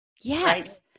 Yes